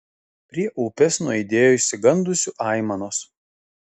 prie upės nuaidėjo išsigandusių aimanos